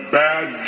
bad